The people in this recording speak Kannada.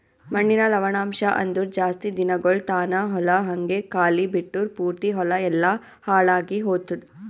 ಮಣ್ಣಿನ ಲವಣಾಂಶ ಅಂದುರ್ ಜಾಸ್ತಿ ದಿನಗೊಳ್ ತಾನ ಹೊಲ ಹಂಗೆ ಖಾಲಿ ಬಿಟ್ಟುರ್ ಪೂರ್ತಿ ಹೊಲ ಎಲ್ಲಾ ಹಾಳಾಗಿ ಹೊತ್ತುದ್